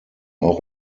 auch